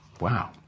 wow